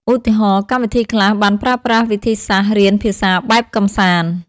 ឧទាហរណ៍ កម្មវិធីខ្លះបានប្រើប្រាស់វិធីសាស្ត្ររៀនភាសាបែបកម្សាន្ត។